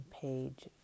page